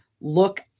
look